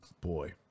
boy